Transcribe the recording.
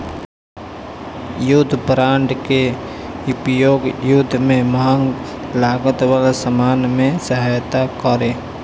युद्ध बांड के उपयोग युद्ध में महंग लागत वाला सामान में सहायता करे